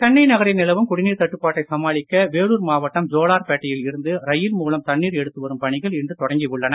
சென்னை நகரில் நிலவும் குடிநீர் தட்டுப்பாட்டை சமாளிக்க வேலூர் மாவட்டம் ஜோலார்பேட்டையில் இருந்து ரயில் மூலம் தண்ணீர் எடுத்து வரும் பணிகள் இன்று தொடங்கி உள்ளன